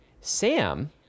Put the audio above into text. Sam